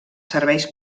serveis